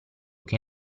che